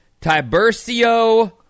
Tibercio